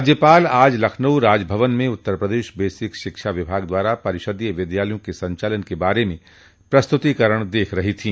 राज्यपाल आज लखनऊ राजभवन में उत्तर प्रदेश बेसिक शिक्षा विभाग द्वारा परिषदीय विद्यालयों के संचालन के बारे में प्रस्तुतीकरण देख रही थी